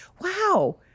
wow